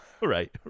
Right